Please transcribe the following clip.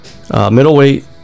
Middleweight